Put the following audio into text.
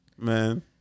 Man